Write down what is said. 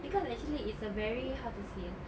cause actually it's a very how to say ah